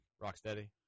Rocksteady